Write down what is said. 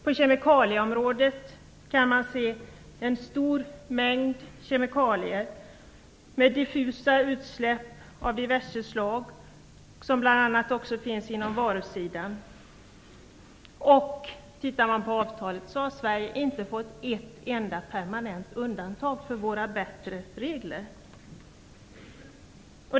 På kemikalieområdet går det att se en stor mängd diffusa utsläpp av diverse slag, bl.a. på varusidan. Sverige har inte fått ett enda permanent undantag i avtalet för de bättre regler som finns här.